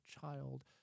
child